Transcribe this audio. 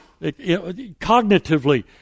cognitively